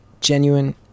genuine